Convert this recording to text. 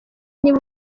niba